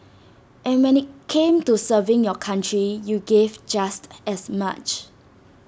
but when IT came to serving your country you gave just as much